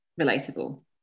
relatable